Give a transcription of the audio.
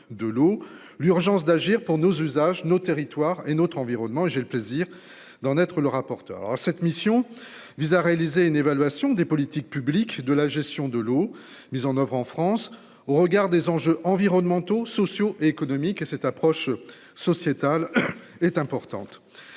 de l'eau, l'urgence d'agir pour nos usages nos territoires et notre environnement. J'ai le plaisir d'en être le rapporteur. Alors à cette mission vise à réaliser une évaluation des politiques publiques de la gestion de l'eau, mise en oeuvre en France au regard des enjeux environnementaux, sociaux et économiques et cette approche sociétale est importante.